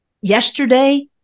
yesterday